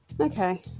Okay